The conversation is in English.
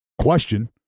question